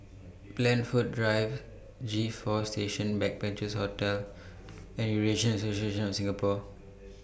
Blandford Drive G four Station Backpackers Hostel and Eurasian Association of Singapore